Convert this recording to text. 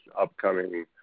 upcoming